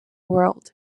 world